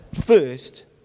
first